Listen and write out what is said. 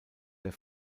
der